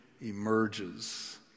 emerges